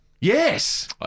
Yes